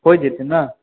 होइ जेतै ने